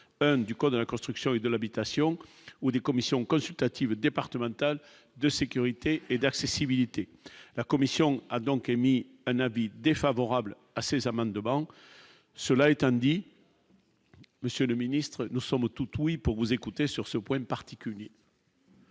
1 du code de la construction et de l'habitation ou des commissions consultatives départementales de sécurité et d'accessibilité, la commission a donc émis un avis défavorable à ces amendements, cela étant dit, monsieur le ministre, nous sommes tout ouïe pour vous écouter, sur ce point particulier.